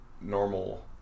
normal